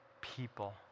people